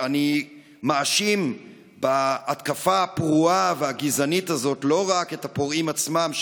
אני מאשים בהתקפה הפרועה והגזענית הזאת לא רק את הפורעים עצמם,